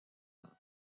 ans